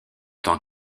tant